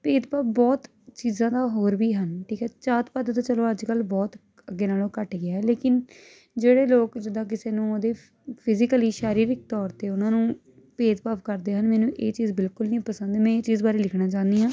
ਭੇਦ ਭਾਵ ਬਹੁਤ ਚੀਜ਼ਾਂ ਦਾ ਹੋਰ ਵੀ ਹਨ ਠੀਕ ਹੈ ਜਾਤ ਪਾਤ ਤਾਂ ਚਲੋ ਅੱਜ ਕੱਲ੍ਹ ਬਹੁਤ ਅੱਗੇ ਨਾਲੋਂ ਘੱਟ ਗਿਆ ਲੇਕਿਨ ਜਿਹੜੇ ਲੋਕ ਜਿੱਦਾਂ ਕਿਸੇ ਨੂੰ ਉਹਦੇ ਫਿਜੀਕਲੀ ਸਰੀਰਿਕ ਤੌਰ 'ਤੇ ਉਹਨਾਂ ਨੂੰ ਭੇਦ ਭਾਵ ਕਰਦੇ ਹਨ ਮੈਨੂੰ ਇਹ ਚੀਜ਼ ਬਿਲਕੁਲ ਨਹੀਂ ਪਸੰਦ ਮੈਂ ਇਹ ਚੀਜ਼ ਬਾਰੇ ਲਿਖਣਾ ਚਾਹੁੰਦੀ ਹਾਂ